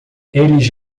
eles